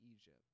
Egypt